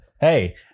hey